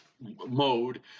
mode